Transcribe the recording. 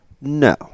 No